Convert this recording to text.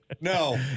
No